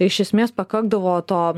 iš esmės pakakdavo to